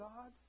God